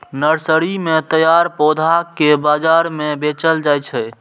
nursery मे तैयार पौधा कें बाजार मे बेचल जाइ छै